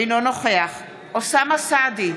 אינו נוכח אוסאמה סעדי,